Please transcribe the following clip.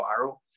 viral